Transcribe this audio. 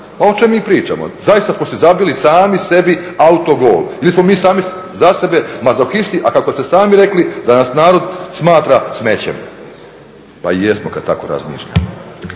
o čemu mi pričamo? Zaista smo si zabili sami sebi autogol ili smo mi sami za sebe mazohisti, a kako ste sami rekli da nas narod smatra smećem. Pa i jesmo kad tako razmišljamo.